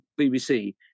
BBC